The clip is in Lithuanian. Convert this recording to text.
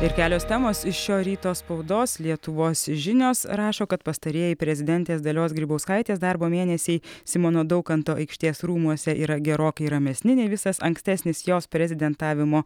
ir kelios temos iš šio ryto spaudos lietuvos žinios rašo kad pastarieji prezidentės dalios grybauskaitės darbo mėnesiai simono daukanto aikštės rūmuose yra gerokai ramesni nei visas ankstesnis jos prezidentavimo